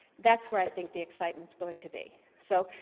that's where i think the excitement is going to be. so,